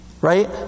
Right